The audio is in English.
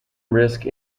risk